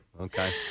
Okay